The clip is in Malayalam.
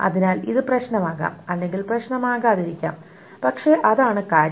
അതിനാൽ ഇത് പ്രശ്നമാകാം അല്ലെങ്കിൽ പ്രശ്നമാകാതിരിക്കാം പക്ഷേ അതാണ് കാര്യം